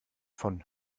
von